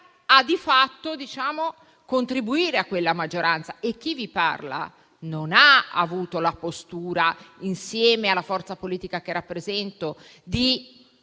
- di fatto - contribuire a quella maggioranza. Chi vi parla non ha avuto la postura, insieme alla forza politica che rappresento, di